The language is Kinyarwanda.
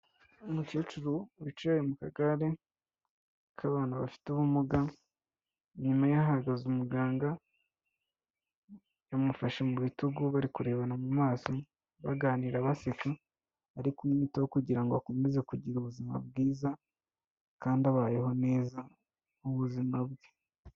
Umukecuru wicaye mu kagare k'abantu bafite ubumuga, inyuma ye hahagaze umuganga yamufashe mu bitugu bari kurebana mu maso baganira baseka, ari kumwitaho kugira ngo akomeze kugira ubuzima bwiza kandi abayeho neza mu buzima bwe.